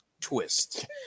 twist